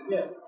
Yes